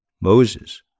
Moses